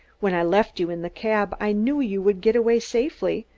when i left you in the cab i knew you would get away safely,